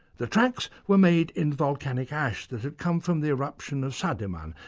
the tracks were made in volcanic ash that had come from the eruption of sadiman,